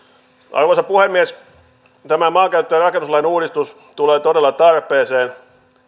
arvoisa puhemies tämä maankäyttö ja rakennuslain uudistus tulee todella tarpeeseen